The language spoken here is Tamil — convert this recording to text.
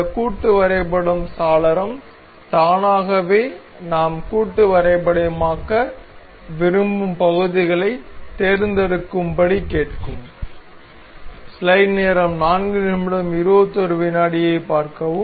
இந்த கூட்டு வரைபடம் சாளரம் தானாகவே நாம் கூட்டு வரைபடமாக்க விரும்பும் பகுதிகளைத் தேர்ந்தெடுக்கும்படி கேட்கும்